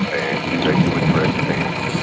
and you need to address them,